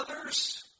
others